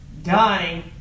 Dying